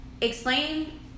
explain